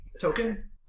token